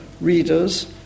readers